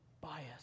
bias